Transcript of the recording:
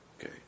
Okay